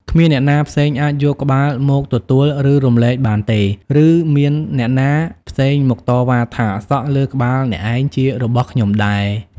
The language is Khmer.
គ្មានអ្នកណាផ្សេងអាចយកក្បាលមកទទួល ឬរំលែកបានទេ ឬមានអ្នកណាផ្សេងមកតវ៉ាថា សក់លើក្បាលអ្នកឯងជារបស់ខ្ញុំដែរ ។